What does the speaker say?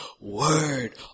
word